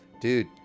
Dude